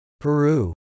Peru